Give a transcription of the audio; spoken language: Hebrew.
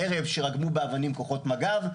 הערב רגמו באבנים כוחות מג"ב.